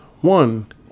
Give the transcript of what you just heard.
One